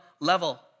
level